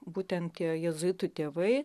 būtent tie jėzuitų tėvai